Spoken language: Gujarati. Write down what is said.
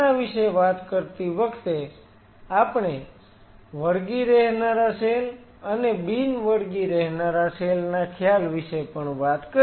આના વિશે વાત કરતી વખતે આપણે વળગી રહેનારા સેલ અને બિન વળગી રહેનારા સેલ ના ખ્યાલ વિશે પણ વાત કરી